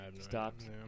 stopped